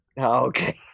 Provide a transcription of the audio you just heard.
Okay